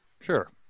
Sure